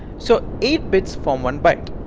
so eight bits form one byte.